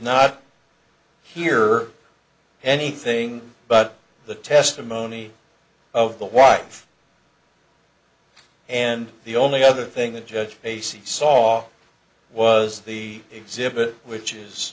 not hear anything but the testimony of the wife and the only other thing the judge ac saw was the exhibit which is